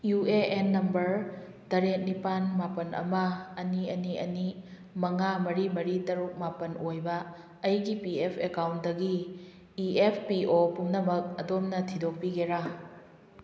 U A N number ꯇꯔꯦꯠ ꯅꯤꯄꯥꯜ ꯃꯥꯄꯜ ꯑꯃ ꯑꯅꯤ ꯑꯅꯤ ꯑꯟꯤ ꯃꯉꯥ ꯃꯔꯤ ꯃꯔꯤ ꯇꯔꯨꯛ ꯃꯥꯄꯜ ꯑꯣꯏꯕ ꯑꯩꯒꯤ ꯄꯤ ꯑꯦꯐ ꯑꯦꯀꯥꯎꯟꯗꯒꯤ ꯏ ꯑꯦꯐ ꯄꯤ ꯌꯣ ꯄꯨꯝꯅꯃꯛ ꯑꯗꯣꯝꯅ ꯊꯤꯗꯣꯛꯄꯤꯒꯦꯔꯥ